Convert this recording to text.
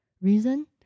Reason